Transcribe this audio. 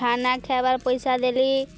ଖାନା ଖାଇବାର୍ ପଇସା ଦେଲି